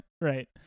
right